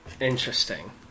interesting